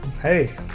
Hey